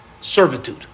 servitude